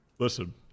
Listen